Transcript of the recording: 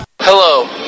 Hello